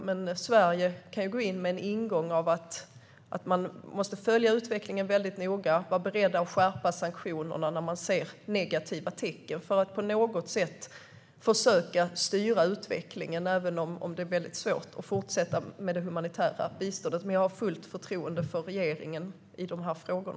Men Sverige kan ha ingången att man måste följa utvecklingen mycket noga och vara beredd att skärpa sanktionerna när man ser negativa tecken för att på något sätt försöka styra utvecklingen, även om det är mycket svårt, och fortsätta med det humanitära biståndet. Men jag har fullt förtroende för regeringen i dessa frågor.